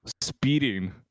speeding